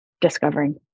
discovering